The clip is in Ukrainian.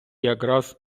якраз